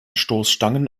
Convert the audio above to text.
stoßstangen